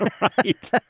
Right